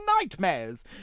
Nightmares